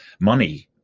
money